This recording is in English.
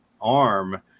arm